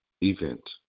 event